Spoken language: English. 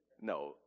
No